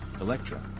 Electra